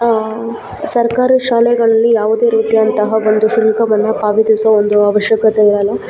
ಸರ್ಕಾರಿ ಶಾಲೆಗಳಲ್ಲಿ ಯಾವುದೇ ರೀತಿ ಅಂತಹ ಒಂದು ಶುಲ್ಕವನ್ನು ಪಾವತಿಸುವ ಒಂದು ಅವಶ್ಯಕತೆ ಇರೋಲ್ಲ